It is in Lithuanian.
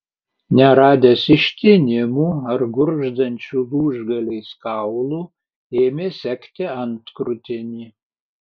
neradęs ištinimų ar gurgždančių lūžgaliais kaulų ėmė segti antkrūtinį